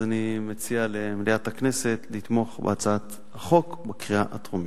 אני מציע למליאת הכנסת לתמוך בהצעת החוק בקריאה הטרומית.